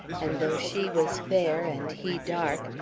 and though she was fair and he dark,